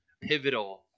pivotal